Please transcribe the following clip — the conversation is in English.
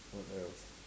what else